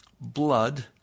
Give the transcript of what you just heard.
blood